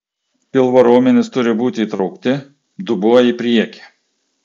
pilvo raumenys turi būti įtraukti dubuo į priekį